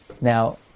Now